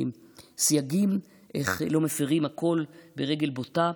סייגים איך לא מפירים הכול ברגל גסה.